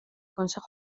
consejo